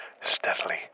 steadily